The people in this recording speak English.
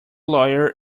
lawyer